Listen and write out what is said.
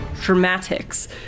dramatics